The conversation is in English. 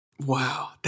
Wow